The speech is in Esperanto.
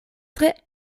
tre